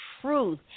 truth